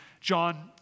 John